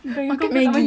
oh you cook maggi